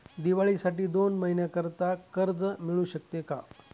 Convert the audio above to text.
दिवाळीसाठी दोन महिन्याकरिता कर्ज मिळू शकते का?